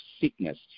sickness